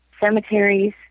cemeteries